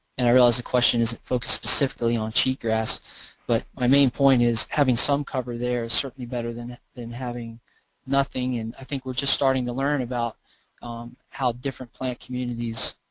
and i realize the question isn't focused specifically on cheatgrass but my main point is having some cover there is certainly better than, than having nothing. and i think we're just starting to learn about how different plant communities,